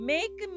Make